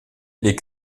les